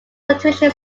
situation